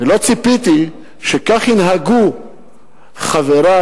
ולא ציפיתי שכך ינהגו חברי,